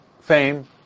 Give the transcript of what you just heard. fame